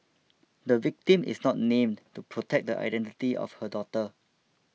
the victim is not named to protect the identity of her daughter